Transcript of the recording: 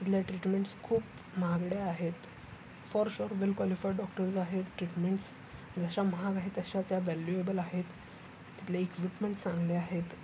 तिथल्या ट्रीटमेंट्स खूप महागड्या आहेत for sure well qualified doctors आहेत ट्रीटमेंट्स जशा महाग आहे तशा त्या वॅल्युएबल आहेत तिथले इक्विपमेंट चांगले आहेत